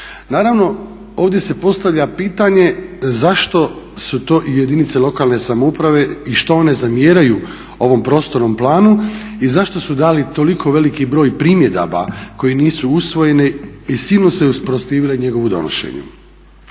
Naravno ovdje se postavlja pitanje zašto su to i jedinice lokalne samouprave i što one zamjeraju ovom prostornom planu i zašto su dali toliko veliki broj primjedaba koje nisu usvojene i silno se usprotivile njegovu donošenju.